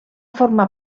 formar